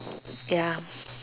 ya